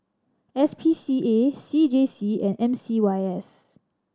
S P C A C J C and M C Y S